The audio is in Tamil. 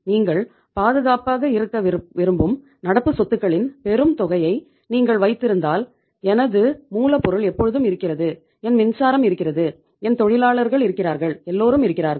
நீங்கள் பாதுகாப்பாக இருக்க விரும்பும் நடப்பு சொத்துக்களின் பெரும் தொகையை நீங்கள் வைத்திருந்தால் எனது மூலப்பொருள் எப்போதும் இருக்கிறது என் மின்சாரம் இருக்கிறது என் தொழிலாளர்கள் இருக்கிறார்கள் எல்லோரும் இருக்கிறார்கள்